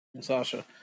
Sasha